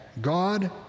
god